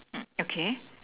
mm okay